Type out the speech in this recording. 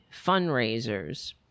fundraisers